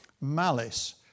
Malice